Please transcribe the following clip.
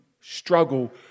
struggle